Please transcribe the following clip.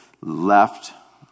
left